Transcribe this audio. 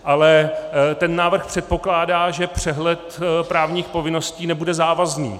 Ale ten návrh předpokládá, že přehled právních povinností nebude závazný.